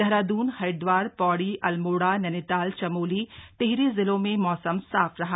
देहरादून हरिद्वार पौड़ी अल्मोड़ा नैनीताल चमोली टिहरी जिलों में मौसम साफ रहा